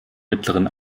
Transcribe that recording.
mittleren